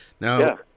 Now